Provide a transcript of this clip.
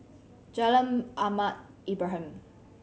Jalan Ahmad Ibrahim